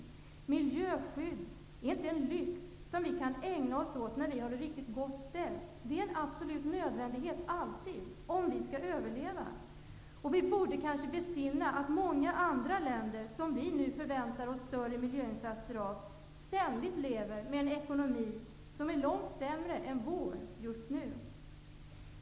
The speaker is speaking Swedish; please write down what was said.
Miljöskyddet är inte en lyx som vi kan ägna oss åt när vi har det riktigt gott ställt, utan det är alltid en absolut nödvändighet om vi skall överleva. Vi borde kanske besinna att många andra länder, som vi förväntar oss större miljöinsatser av, ständigt lever med en ekonomi som är långt sämre än vår just nu.